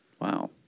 Wow